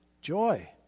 Joy